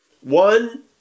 One